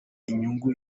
inyungu